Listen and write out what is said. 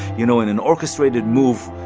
you know, in an orchestrated move,